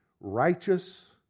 righteous